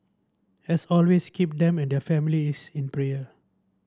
as always keep them and their families in prayer